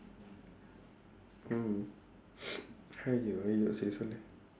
hmm !aiyo! !aiyo! சரி சொல்லு:sari sollu